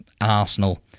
Arsenal